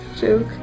joke